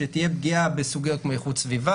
שתהיה פגיעה בסוגיות כמו איכות סביבה